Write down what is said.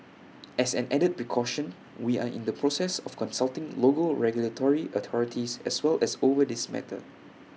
as an added precaution we are in the process of consulting local regulatory authorities as well as over this matter